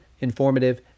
informative